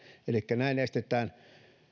elikkä näin estetään